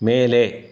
ಮೇಲೆ